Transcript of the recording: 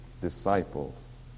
disciples